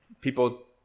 People